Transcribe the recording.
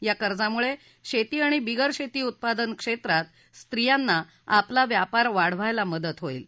या कर्जामुळे शेती आणि बिगर शेती उत्पादन क्षेत्रात स्त्रीयांना आपला व्यापार वाढवण्यास मदत होईल